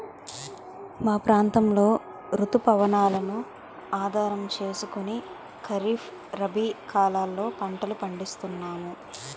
మా ప్రాంతంలో రుతు పవనాలను ఆధారం చేసుకుని ఖరీఫ్, రబీ కాలాల్లో పంటలు పండిస్తున్నాము